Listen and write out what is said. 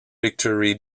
victory